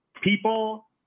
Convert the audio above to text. people